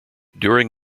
during